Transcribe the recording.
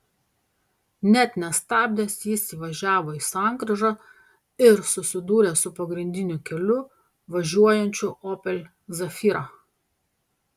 net nestabdęs jis įvažiavo į sankryžą ir susidūrė su pagrindiniu keliu važiuojančiu opel zafira